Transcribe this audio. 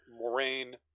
Moraine